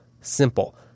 simple